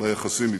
ביחסים אתם.